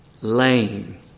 Lame